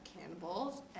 cannibals